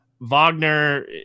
Wagner